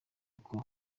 koko